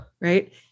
right